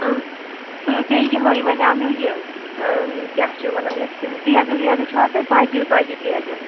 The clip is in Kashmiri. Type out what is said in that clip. تہٕ بیٚیہِ یِہوٚے وَنیومو یہِ کیٛاہ چھِ وَنان یَتھ یِم دیگہٕ ویگہٕ چھوا تۄہہِ بَجہِ بَجہِ دیگہٕ